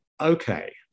Okay